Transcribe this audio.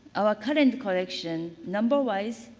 our current collection number wise,